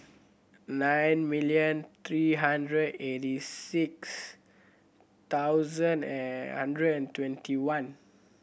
nine million three hundred eight six thousand and hundred and twenty one